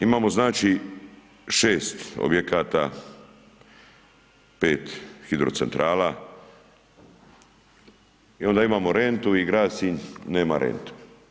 Imamo znači 6 objekata, 5 hidrocentrala i onda imamo rentu i grad Sinj nema rentu.